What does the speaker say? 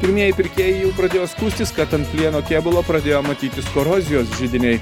pirmieji pirkėjai jau pradėjo skųstis kad ant vieno kėbulo pradėjo matytis korozijos židiniai